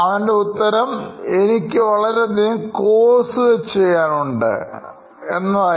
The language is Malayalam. അവൻറെ ഉത്തരം എനിക്ക് വളരെയധികം കോഴ്സുകൾ ചെയ്യാനുണ്ട് എന്നായിരുന്നു